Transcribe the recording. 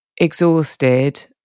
exhausted